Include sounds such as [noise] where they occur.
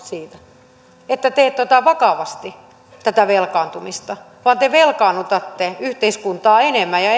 [unintelligible] siitä että te ette ota vakavasti tätä velkaantumista vaan te velkaannutatte yhteiskuntaa enemmän ja [unintelligible]